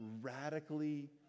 radically